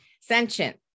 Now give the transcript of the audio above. sentient